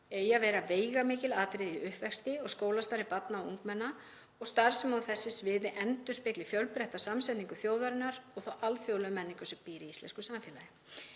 eigi að vera veigamikil atriði í uppvexti og skólastarfi barna og ungmenna og að starfsemi á þessu sviði endurspegli fjölbreytta samsetningu þjóðarinnar og þá alþjóðlegu menningu sem býr í íslensku samfélagi.